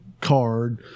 card